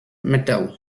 metal